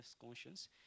conscience